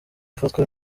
ufatwa